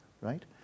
right